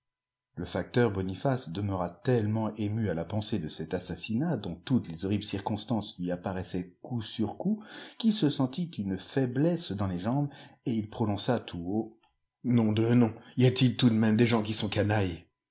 le facteur boniface demeura tellement ému à la pensée de cet assassinat dont toutes les horribles circonstances lui apparaissaient coup sur coup qu'il se sentit une faiblesse dans les jambes et il prononça tout haut nom de nom y a-t-il tout de même des gens qui sont canailles